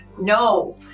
No